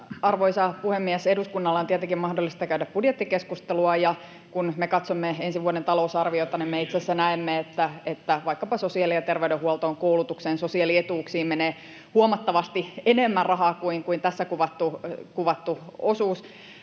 Arvoisa puhemies! Niin, eduskunnan on tietenkin mahdollista käydä budjettikeskustelua, ja kun me katsomme ensi vuoden talousarviota, niin me itse asiassa näemme, että vaikkapa sosiaali- ja terveydenhuoltoon, koulutukseen, sosiaalietuuksiin menee huomattavasti enemmän rahaa kuin on tässä kuvattu osuus.